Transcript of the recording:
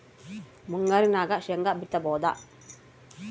ಮುಂಗಾರಿನಾಗ ಶೇಂಗಾ ಬಿತ್ತಬಹುದಾ?